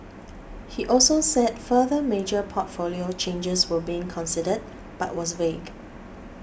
he also said further major portfolio changes were being considered but was vague